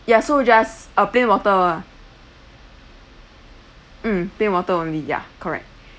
ya so just a plain water mm plain water only ya correct